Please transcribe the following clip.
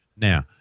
Now